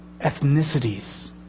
ethnicities